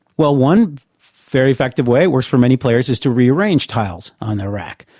well, one very effective way, it works for many players, is to rearrange tiles on their rack,